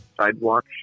Sidewalk